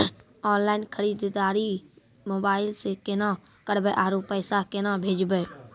Online खरीददारी mobile से केना करबै, आरु पैसा केना भेजबै?